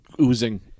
oozing